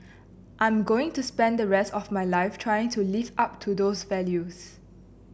I'm going to spend the rest of my life trying to live up to those values